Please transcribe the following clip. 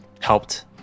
helped